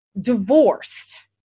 divorced